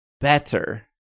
better